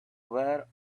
were